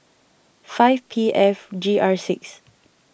five P F G R six